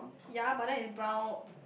ya but then is brown